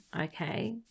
okay